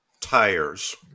Tires